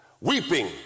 weeping